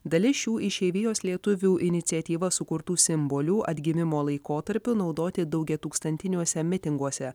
dalis šių išeivijos lietuvių iniciatyva sukurtų simbolių atgimimo laikotarpiu naudoti daugiatūkstantiniuose mitinguose